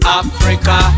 africa